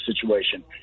situation